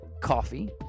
Coffee